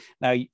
now